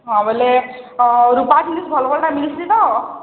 ହଁ ବେଲେ ଆଉ ରୂପା ଜିନିଷ୍ ଭଲ୍ ଭଲ୍ଟା ମିଲ୍ସି ତ